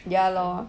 ya lor